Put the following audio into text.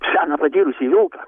seną patyrusį vilką